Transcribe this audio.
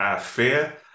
fear